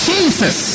Jesus